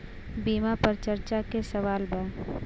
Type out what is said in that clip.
बीमा पर चर्चा के सवाल बा?